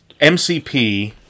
MCP